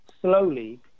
slowly